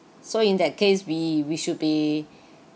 so in that case we we should be